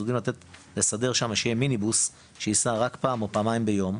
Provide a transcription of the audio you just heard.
אז אולי לסדר שמה שיהיה מיניבוס שייסע רק פעם או פעמיים ביום.